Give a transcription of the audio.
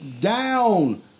down